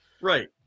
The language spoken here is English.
right